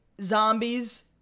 zombies